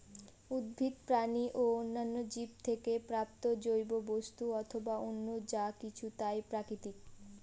উদ্ভিদ, প্রাণী ও অন্যান্য জীব থেকে প্রাপ্ত জৈব বস্তু অথবা অন্য যা কিছু তাই প্রাকৃতিক